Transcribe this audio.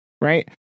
Right